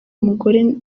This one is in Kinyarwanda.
mugore